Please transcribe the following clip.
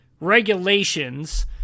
regulations